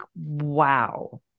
Wow